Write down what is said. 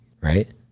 right